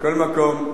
מכל מקום,